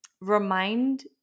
remind